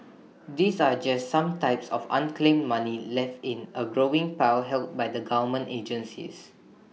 these are just some types of unclaimed money left in A growing pile held by the government agencies